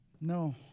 No